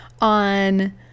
on